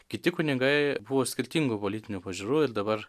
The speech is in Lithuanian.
kiti kunigai buvo skirtingų politinių pažiūrų ir dabar